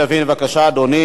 בבקשה, אדוני,